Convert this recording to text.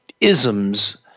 isms